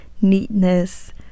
neatness